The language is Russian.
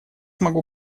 могу